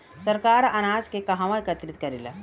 सरकार अनाज के कहवा एकत्रित करेला?